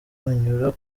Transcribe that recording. anyura